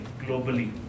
globally